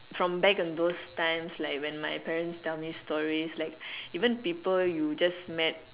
from back in those times like when my parents tell me stories like even people you just met